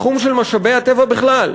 בתחום של משאבי הטבע בכלל,